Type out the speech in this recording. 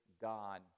God